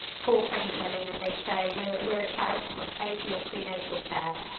poor pregnant women, and they say we're we're a charity, we'll pay for your prenatal care,